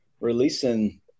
releasing